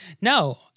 No